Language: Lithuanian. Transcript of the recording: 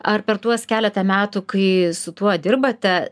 ar per tuos keleta metų kai su tuo dirbate